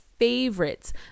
favorites